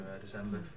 December